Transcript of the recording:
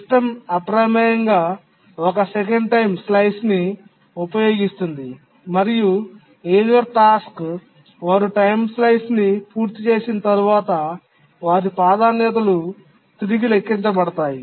system అప్రమేయంగా ఒక second time స్లైస్ని ఉపయోగిస్తుంది మరియు యూజర్ టాస్క్ వారు టైమ్ స్లైస్ని పూర్తి చేసిన తర్వాత వారి ప్రాధాన్యతలు తిరిగి లెక్కించ బడతాయి